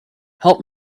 help